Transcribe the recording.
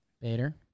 Bader